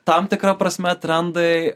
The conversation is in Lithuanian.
tam tikra prasme trendai